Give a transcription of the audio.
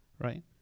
right